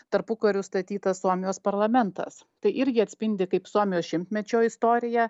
tarpukariu statytas suomijos parlamentas tai irgi atspindi kaip suomijos šimtmečio istoriją